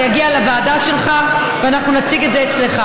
זה יגיע לוועדה שלך ואנחנו נציג את זה אצלך.